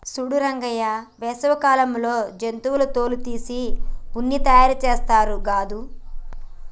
సూడు రంగయ్య వేసవి కాలంలో జంతువుల తోలు తీసి ఉన్ని తయారుచేస్తారు గాదు